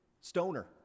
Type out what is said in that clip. stoner